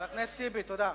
חבר הכנסת טיבי, תודה.